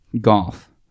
golf